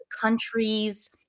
countries